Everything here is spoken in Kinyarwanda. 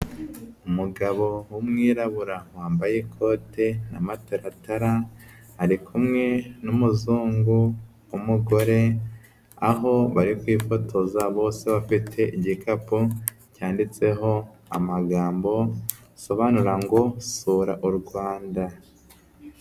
Umugabo w'umwirabura, wambaye ikote n'amataratara, ari kumwe n'umuzungu w'umugore, aho bari kwifotoza bose bafite igikapu cyanditseho amagambo asobanura ngo sura u Rwanda.